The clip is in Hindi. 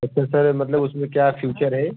अच्छा सर मतलब उसमें क्या फ्यूचर है